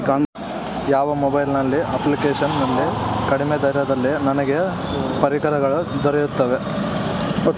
ಯಾವ mobile application ನಲ್ಲಿ ಕಡಿಮೆ ದರದಲ್ಲಿ ನನಗೆ ಪರಿಕರಗಳು ದೊರೆಯುತ್ತವೆ?